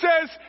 says